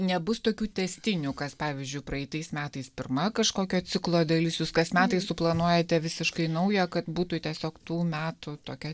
nebus tokių tęstinių kas pavyzdžiui praeitais metais pirma kažkokio ciklo dalis jūs kas metais suplanuojate visiškai naują kad būtų tiesiog tų metų tokia